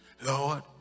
Lord